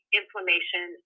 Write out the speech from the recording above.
inflammation